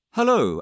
Hello